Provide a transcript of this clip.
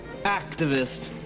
Activist